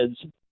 kids